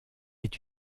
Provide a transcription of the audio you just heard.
est